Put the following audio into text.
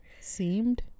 Seemed